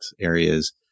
areas